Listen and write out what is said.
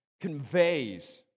conveys